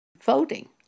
voting